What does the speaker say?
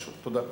תודה.